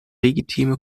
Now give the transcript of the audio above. legitime